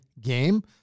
game